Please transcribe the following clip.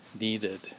needed